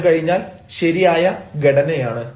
അത് കഴിഞ്ഞാൽ ശരിയായ ഘടനയാണ്